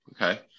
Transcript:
okay